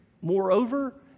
Moreover